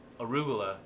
arugula